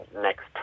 next